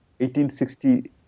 1860